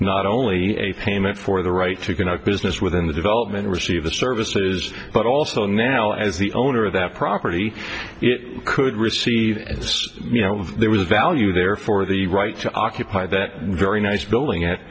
not only a payment for the right to conduct business within the development receive the services but also now as the owner of that property it could receive and you know there was a value there for the right to occupy that very nice building at